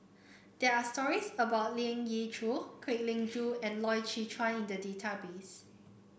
there are stories about Leong Yee Choo Kwek Leng Joo and Loy Chye Chuan in the database